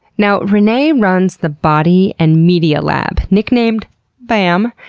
now, renee runs the body and media lab, nicknamed bam,